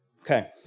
Okay